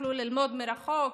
יוכלו ללמוד מרחוק,